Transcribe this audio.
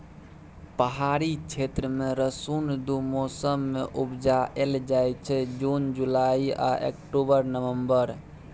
पहाड़ी क्षेत्र मे रसुन दु मौसम मे उपजाएल जाइ छै जुन जुलाई आ अक्टूबर नवंबर